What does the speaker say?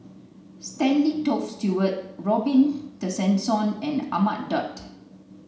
Stanley Toft Stewart Robin Tessensohn and Ahmad Daud